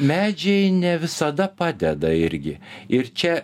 medžiai ne visada padeda irgi ir čia